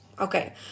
Okay